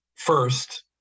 First